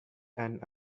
and